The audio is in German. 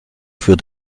für